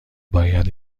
باید